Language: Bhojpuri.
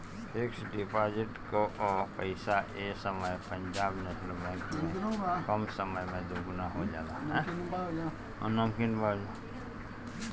फिक्स डिपाजिट कअ पईसा ए समय पंजाब नेशनल बैंक में कम समय में दुगुना हो जाला